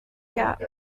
gap